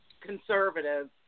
conservative